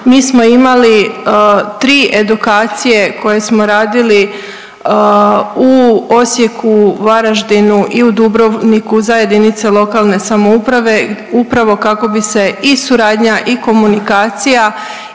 Mi smo imali tri edukacije koje smo radili u Osijeku, Varaždinu i u Dubrovniku za JLS upravo kako bi se i suradnja i komunikacija